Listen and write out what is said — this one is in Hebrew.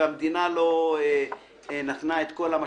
והמדינה לא נתנה את כל המשאבים.